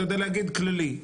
אתה יודע להגיד כללי,